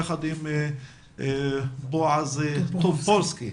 יחד עם בועז טופורובסקי.